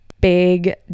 big